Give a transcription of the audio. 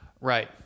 Right